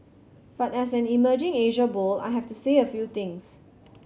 but as an emerging Asia bull I have to say a few things